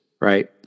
right